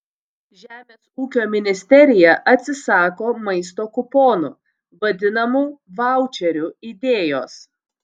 žemės ūkio ministerija atsisako maisto kuponų vadinamų vaučerių idėjos